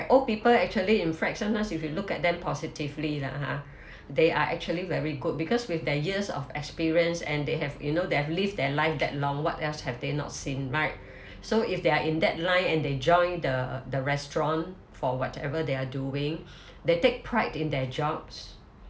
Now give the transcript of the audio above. old people actually in fact sometimes if you look at them positively lah ha they are actually very good because with their years of experience and they have you know they have lived their life that long what else have they not seen right so if they are in that line and they join the the restaurant for whatever they are doing they take pride in their jobs